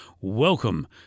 Welcome